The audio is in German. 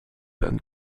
werden